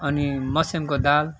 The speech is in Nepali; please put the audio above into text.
अनि मस्यामको दाल